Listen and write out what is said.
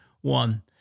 one